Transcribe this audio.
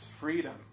freedom